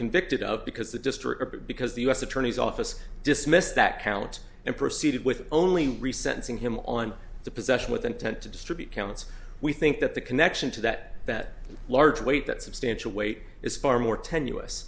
convicted of because the district because the u s attorney's office dismissed that count and proceeded with only resetting him on the possession with intent to distribute counts we think that the connection to that that large weight that substantial weight is far more tenuous